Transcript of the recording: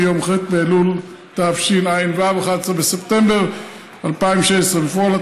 מיום ח' באלול התשע"ו,11 בספטמבר 2016. בפועל,